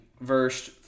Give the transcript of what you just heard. verse